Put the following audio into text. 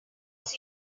was